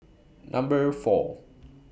Number four